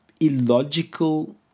illogical